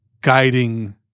guiding